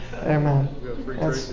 Amen